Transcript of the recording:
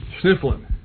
sniffling